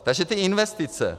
Takže ty investice.